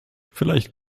vielleicht